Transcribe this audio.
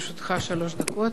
לרשותך שלוש דקות.